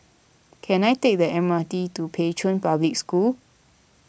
can I take the M R T to Pei Chun Public School